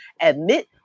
admit